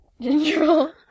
Ginger